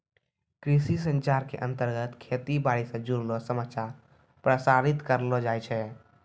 कृषि संचार के अंतर्गत खेती बाड़ी स जुड़लो समाचार प्रसारित करलो जाय छै